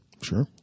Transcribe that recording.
Sure